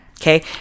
Okay